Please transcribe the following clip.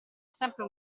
sempre